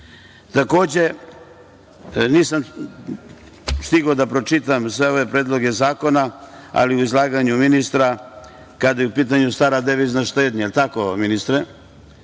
nisam stigao da pročitam sve ove predloge zakona, ali u izlaganju ministra kada je u pitanju stara devizna štednja, da li je tako ministre,